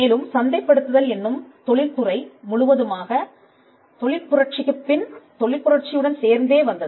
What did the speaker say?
மேலும் சந்தைப்படுத்துதல் என்னும் தொழில்துறை முழுவதுமாக தொழிற்புரட்சிக்குப் பின் தொழிற்புரட்சி யுடன் சேர்ந்தே வந்தது